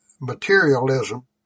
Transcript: materialism